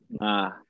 Nah